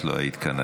את לא היית כאן,